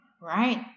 right